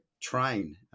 train